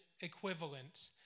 equivalent